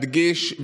מדגיש,